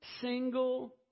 single